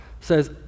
says